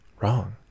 wrong